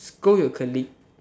scold your colleagues